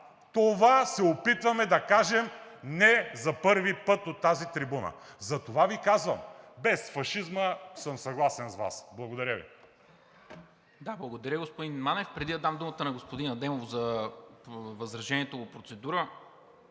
Това се опитваме да кажем не за първи път от тази трибуна и затова Ви казвам: без фашизма съм съгласен с Вас! Благодаря Ви. ПРЕДСЕДАТЕЛ НИКОЛА МИНЧЕВ: Благодаря, господин Манев. Преди да дам думата на господин Адемов за възражение по процедура,